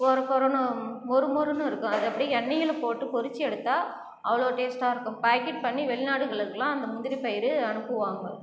கொர கொரனு மொறு மொறுனு இருக்கும் அது அப்படியே எண்ணெயில் போட்டு பொரித்து எடுத்தால் அவ்வளோ டேஸ்ட்டாக இருக்கும் பாக்கெட் பண்ணி வெளிநாடுகளுக்குலாம் அந்த முந்திரி பயிறு அனுப்புவாங்க